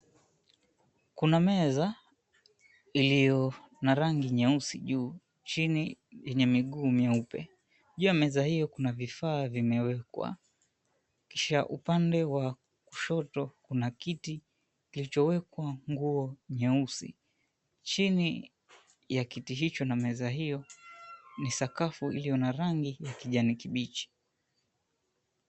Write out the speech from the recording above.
Kuna meza iliyo na rangi nyeusi juu, chini yenye miguu meupe. Juu ya meza hiyo kuna vifaa vimewekwa, kisha upande wa kushoto kuna kiti kilichowekwa nguo nyeusi. Chini ya kiti hicho na meza hiyo ni sakafu iliyo na rangi ya kijani kibichi.